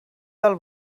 del